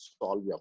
solve